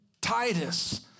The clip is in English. Titus